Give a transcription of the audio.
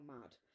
mad